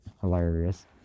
hilarious